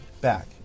back